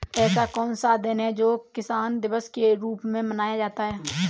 ऐसा कौन सा दिन है जो किसान दिवस के रूप में मनाया जाता है?